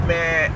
Man